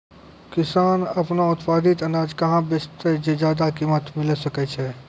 किसान आपनो उत्पादित अनाज कहाँ बेचतै जे ज्यादा कीमत मिलैल सकै छै?